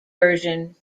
version